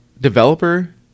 developer